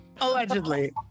Allegedly